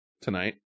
tonight